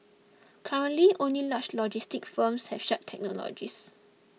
currently only large logistics firms have such technologies